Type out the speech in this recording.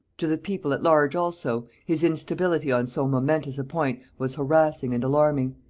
to the people at large also, his instability on so momentous a point was harassing and alarming,